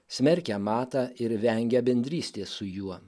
smerkia matą ir vengia bendrystės su juo